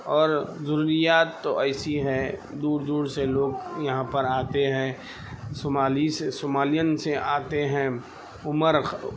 اور ضروریات تو ایسی ہے دور دور سے لوگ یہاں پر آتے ہیں سمالی سمالین سے آتے ہیں عمر